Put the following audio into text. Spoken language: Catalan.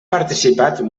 participat